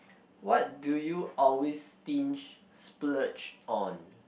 what do you always stinge splurge on